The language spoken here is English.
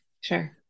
Sure